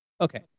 okay